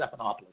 Stephanopoulos